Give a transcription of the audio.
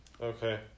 Okay